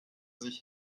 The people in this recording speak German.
sich